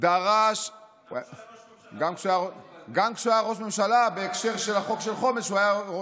דרש, גם כשהוא היה ראש ממשלה הוא היה,